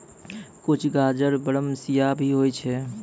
कुछ गाजर बरमसिया भी होय छै